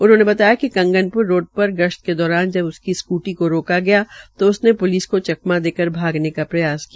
उन्होंने बताया कि कंगनप्र रोड पर गश्त के दौरान जब उसकी स्कूटी को रोक गया तो उसने प्लिस को चकमा देकर भागने का प्रयास किया